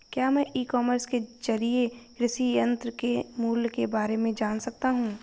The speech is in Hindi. क्या मैं ई कॉमर्स के ज़रिए कृषि यंत्र के मूल्य में बारे में जान सकता हूँ?